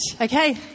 Okay